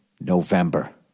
November